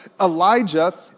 Elijah